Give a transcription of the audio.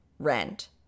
Rent